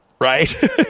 right